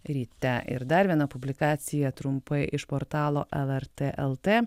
ryte ir dar viena publikacija trumpai iš portalo lrt lt